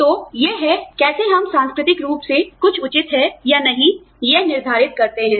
तो यह है कैसे हम सांस्कृतिक रूप से कुछ उचित है या नहीं यह निर्धारित करते हैं